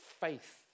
faith